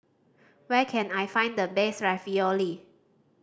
where can I find the best Ravioli